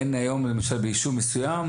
אין היום למשל ביישוב מסוים,